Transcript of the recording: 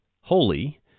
holy